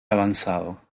avanzado